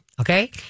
Okay